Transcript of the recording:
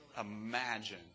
imagine